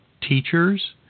teachers